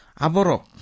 Aborok